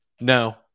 No